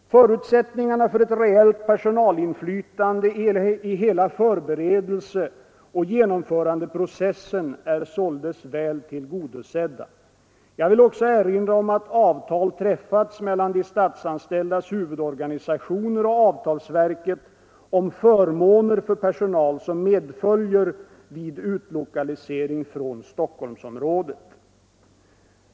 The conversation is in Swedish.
Förutsättningarna för ett reellt personalinflytande i hela förberedelseoch genomförandeprocessen är således väl tillgodosedda. Jag vill också erinra om att avtal träffats mellan de statsanställdas huvudorganisationer och avtalsverket om förmåner för personal som medföljer vid utlokalisering från Stockholmsområdet.